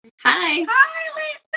Hi